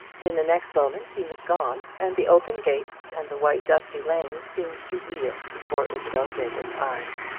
in the next moment he was gone, and the open gate and the white dusty lane seemed to reel before isabel gilbert's eyes.